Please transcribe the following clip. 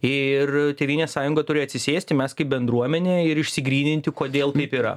ir tėvynės sąjunga turi atsisėsti mes kaip bendruomenė ir išsigryninti kodėl taip yra